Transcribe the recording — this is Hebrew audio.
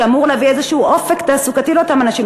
שאמור להביא איזשהו אופק תעסוקתי לאותם אנשים,